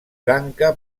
lanka